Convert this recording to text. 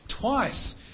Twice